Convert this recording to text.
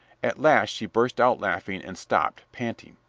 at last she burst out laughing and stopped, panting.